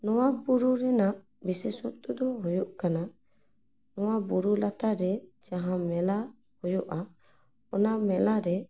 ᱱᱚᱣᱟ ᱵᱩᱨᱩ ᱨᱮᱱᱟᱜ ᱵᱤᱥᱮᱥᱚᱛᱛᱚ ᱦᱩᱭᱩᱜ ᱠᱟᱱᱟ ᱱᱚᱣᱟ ᱵᱩᱨᱩ ᱞᱟᱛᱟᱨ ᱨᱮ ᱡᱟᱦᱟᱸ ᱢᱮᱞᱟ ᱦᱩᱭᱩᱜᱼᱟ ᱚᱱᱟ ᱢᱮᱞᱟᱨᱮ